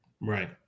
Right